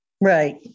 right